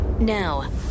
now